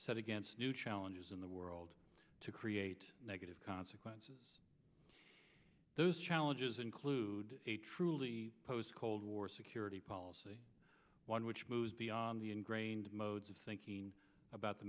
set against new challenges in the world to create negative consequences those challenges include a truly post cold war security policy one which moves beyond the ingrained modes of thinking about the